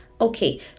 Okay